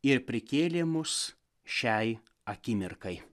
ir prikėlė mus šiai akimirkai